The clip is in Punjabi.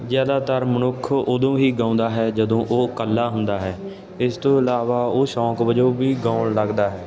ਜ਼ਿਆਦਾਤਰ ਮਨੁੱਖ ਉਦੋਂ ਹੀ ਗਾਉਂਦਾ ਹੈ ਜਦੋਂ ਉਹ ਇਕੱਲਾ ਹੁੰਦਾ ਹੈ ਇਸ ਤੋਂ ਇਲਾਵਾ ਉਹ ਸ਼ੌਕ ਵਜੋਂ ਵੀ ਗਾਉਣ ਲੱਗਦਾ ਹੈ